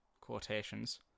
quotations